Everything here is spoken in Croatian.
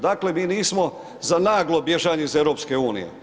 Dakle, mi nismo za naglo bježanje iz EU.